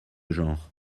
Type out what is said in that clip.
genre